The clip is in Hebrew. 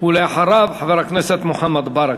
ולאחריו, חבר הכנסת מוחמד ברכה.